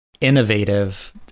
innovative